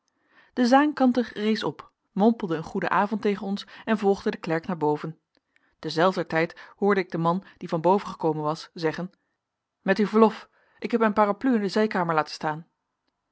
de zaankanter rees op mompelde een goeden avond tegen ons en volgde den klerk naar boven terzelfder tijd hoorde ik den man die van boven gekomen was zeggen met uw verlof ik heb mijn parapluie in de zijkamer laten staan